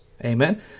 Amen